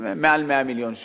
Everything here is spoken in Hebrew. מעל 100 מיליון שקל.